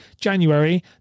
January